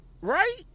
right